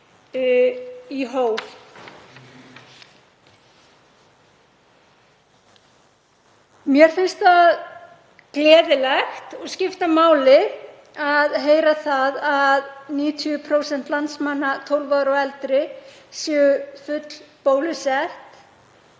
Mér finnst það gleðilegt og skipta máli að heyra það að 90% landsmanna, 12 ára og eldri, séu fullbólusett.